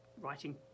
Writing